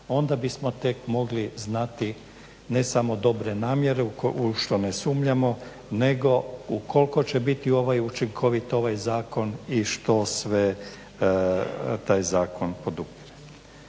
onda bi smo tek mogli znati, ne samo dobre namjere, u što ne sumnjamo, nego u koliko će biti u ovoj, učinkovit ovaj zakon i što sve taj zakon podupire.